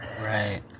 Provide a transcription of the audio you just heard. Right